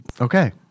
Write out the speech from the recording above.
Okay